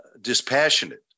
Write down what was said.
dispassionate